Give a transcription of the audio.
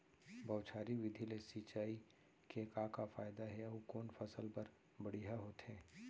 बौछारी विधि ले सिंचाई के का फायदा हे अऊ कोन फसल बर बढ़िया होथे?